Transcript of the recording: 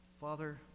Father